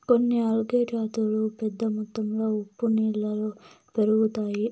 కొన్ని ఆల్గే జాతులు పెద్ద మొత్తంలో ఉప్పు నీళ్ళలో పెరుగుతాయి